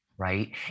right